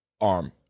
arm